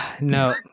no